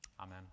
Amen